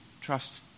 trust